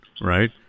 right